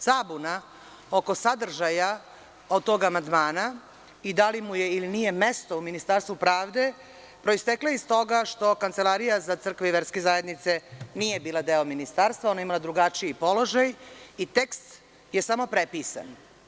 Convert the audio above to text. Zabuna oko sadržaja tog amandmana, i da li mu je ili nije mesto u Ministarstvu pravde, proistekla je iz toga što Kancelarija za crkve i verske zajednice nije bila deo ministarstva, ona je imala drugačiji položaj, i tekst je samo prepisan.